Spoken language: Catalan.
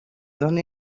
dóna